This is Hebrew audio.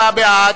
27 בעד,